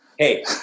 Hey